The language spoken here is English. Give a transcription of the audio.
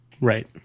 Right